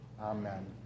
Amen